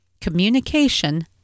communication